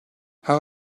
how